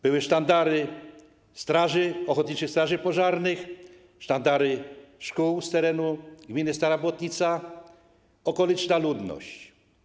Były sztandary ochotniczych straży pożarnych, sztandary szkół z terenu gminy Stara Błotnica, okoliczna ludność.